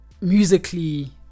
musically